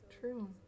True